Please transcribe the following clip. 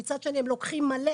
מצד שני הם לוקחים מלא,